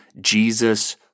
Jesus